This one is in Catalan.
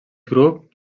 grup